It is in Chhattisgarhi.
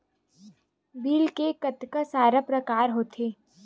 बिल के कतका सारा प्रकार होथे?